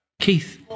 Keith